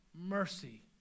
mercy